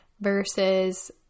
versus